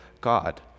God